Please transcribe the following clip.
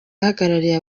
uhagarariye